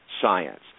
science